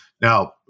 Now